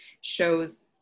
shows